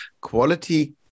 quality